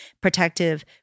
protective